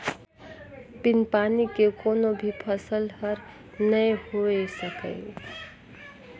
बिन पानी के कोनो भी फसल हर नइ होए सकय